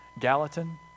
Gallatin